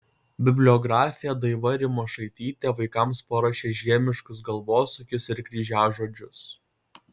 bibliografė daiva rimošaitytė vaikams paruošė žiemiškus galvosūkius ir kryžiažodžius